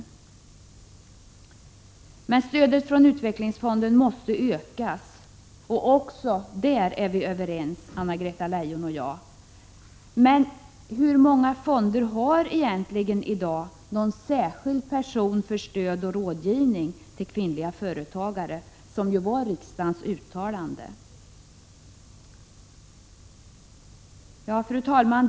83 som väljer otraditionella yrken Stödet från utvecklingsfonderna måste emellertid ökas — också därvidlag är Anna-Greta Leijon och jag överens. Men hur många utvecklingsfonder har egentligen i dag någon särskild person anställd för stöd och rådgivning till kvinnliga företagare? Detta skulle ju fonderna ha enligt riksdagens uttalande. Fru talman!